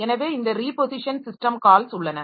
எனவே இந்த reposition system calls உள்ளன